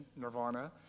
Nirvana